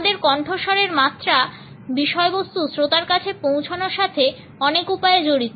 আমাদের কণ্ঠস্বরের মাত্রা বিষয়বস্তু শ্রোতার কাছে পৌঁছানোর সাথে অনেক উপায়ে জড়িত